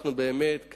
אנחנו באמת,